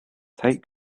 take